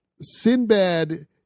Sinbad